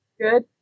good